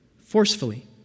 Forcefully